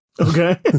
Okay